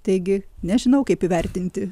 taigi nežinau kaip įvertinti